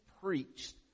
preached